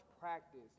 practice